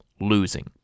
losing